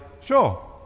sure